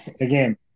again